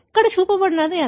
కాబట్టి ఇక్కడ చూపబడినది ఇదే